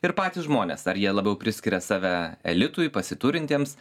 ir patys žmonės ar jie labiau priskiria save elitui pasiturintiems